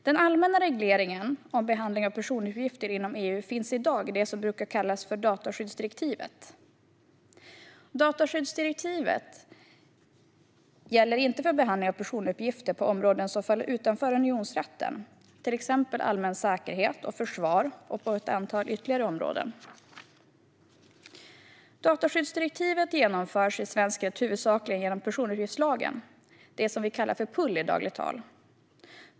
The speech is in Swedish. Den allmänna regleringen om behandling av personuppgifter inom EU finns i dag i det som brukar kallas dataskyddsdirektivet. Det gäller inte för behandling av personuppgifter på områden som faller utanför unionsrätten, till exempel allmän säkerhet och försvar och ett antal ytterligare områden. Dataskyddsdirektivet har genomförts i svensk rätt huvudsakligen genom personuppgiftslagen, som vi kallar PUL i dagligt tal.